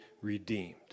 redeemed